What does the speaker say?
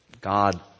God